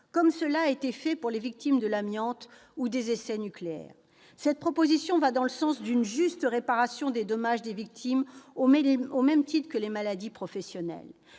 comme cela a été fait pour les victimes de l'amiante ou des essais nucléaires. Elle va dans le sens d'une juste réparation des dommages des victimes au même titre que les maladies professionnelles.